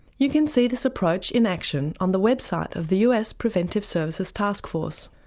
you can see this approach in action on the website of the us preventive services taskforce.